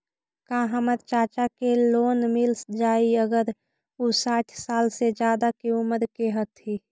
का हमर चाचा के लोन मिल जाई अगर उ साठ साल से ज्यादा के उमर के हथी?